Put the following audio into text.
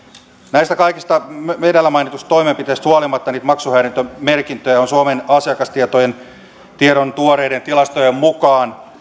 näistä kaikista edellä mainituista toimenpiteistä huolimatta niitä maksuhäiriömerkintöjä on suomen asiakastiedon tuoreiden tilastojen mukaan